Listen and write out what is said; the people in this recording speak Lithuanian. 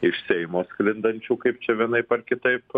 iš seimo sklindančių kaip čia vienaip ar kitaip